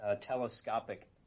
telescopic